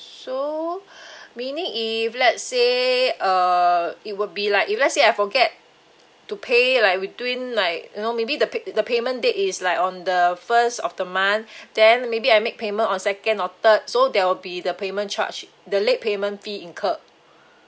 so meaning if let say uh it will be like if let say I forget to pay like between like you know maybe the the payment date is like on the first of the month then maybe I make payment or second or third so there will be the payment charge the late payment fee incurred